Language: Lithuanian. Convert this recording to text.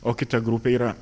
o kita grupė yra